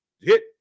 hit